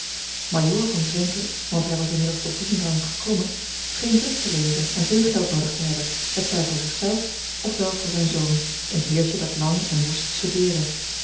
majoor von zwenken want hij was inmiddels tot dien rang geklommen scheen druk te leven en veel geld noodig te hebben hetzij voor zich zelf of wel voor zijn zoon een heertje dat lang en woest studeerde